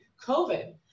COVID